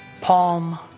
Palm